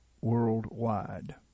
worldwide